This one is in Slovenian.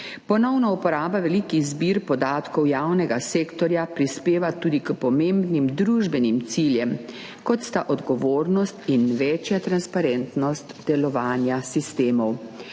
Ponovna uporaba velikih zbirk podatkov javnega sektorja prispeva tudi k pomembnim družbenim ciljem, kot sta odgovornost in večja transparentnost delovanja sistemov.